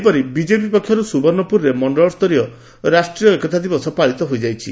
ସେହିପରି ବିଜେପି ପକ୍ଷରୁ ସୁବର୍ଷ୍ଡପୁରରେ ମଣ୍ଡଳସ୍ତରୀୟ ରାଷ୍ଡୀୟ ଏକତା ଦିବସ ପାଳିତ ହୋଇଯାଇଛି